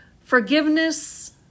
Forgiveness